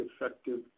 effective